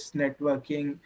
networking